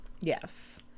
yes